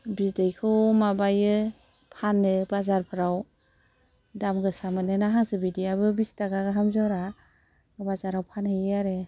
बिदैखौ माबायो फानो बाजारफ्राव दामगोसा मोनोना हांसो बिदैआबो बिस थाखा गाहाम जरा बाजाराव फानहैयो आरो